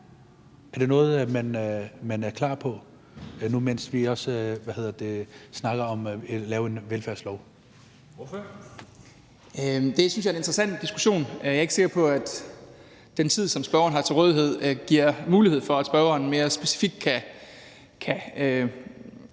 Ordføreren. Kl. 11:25 Christian Rabjerg Madsen (S): Det synes jeg er en interessant diskussion. Jeg er ikke sikker på, at den tid, som spørgeren har til rådighed, giver mulighed for, at spørgeren mere specifikt kan